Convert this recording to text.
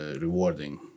rewarding